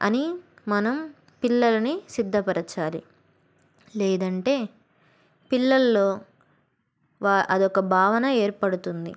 అని మనం పిల్లలని సిద్ధపరచాలి లేదంటే పిల్లల్లో వా అదొక భావన ఏర్పడుతుంది